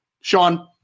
Sean